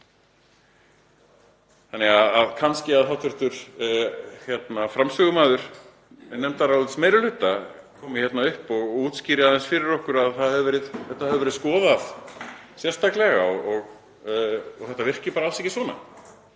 gera það. Kannski að hv. framsögumaður nefndarálits meiri hluta komi upp og útskýri aðeins fyrir okkur að þetta hafi verið skoðað sérstaklega og þetta virki alls ekki svona.